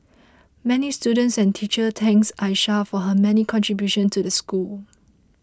many students and teachers thanks Aisha for her many contributions to the school